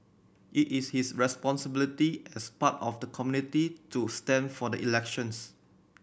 it is his responsibility as part of the community to stand for the elections